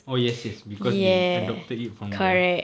oh yes yes because they adopted it from the